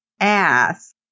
ass